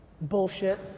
Bullshit